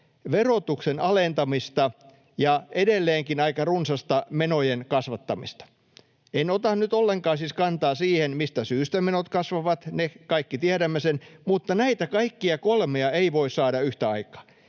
verotuksen alentamista ja edelleenkin aika runsasta menojen kasvattamista. En ota nyt ollenkaan siis kantaa siihen, mistä syystä menot kasvavat, me kaikki tiedämme sen, mutta näitä kaikkia kolmea ei voi saada yhtä aikaa.